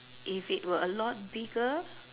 if it were a lot bigger